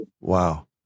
wow